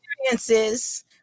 experiences